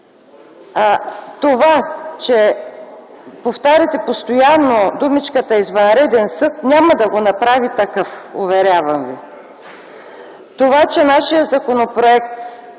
Това, че повтаряте постоянно думичката „извънреден съд” няма да го направи такъв, уверявам ви! Това, че нашият Законопроект